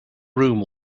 room